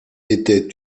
étaient